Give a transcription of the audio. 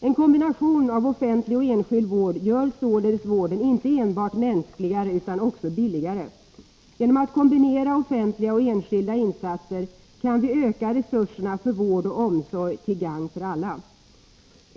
En kombination av offentlig och enskild vård gör således vården inte enbart mänskligare utan också billigare. Genom att kombinera offentliga och enskilda insatser kan vi öka resurserna för vård och omsorg, till gagn för alla.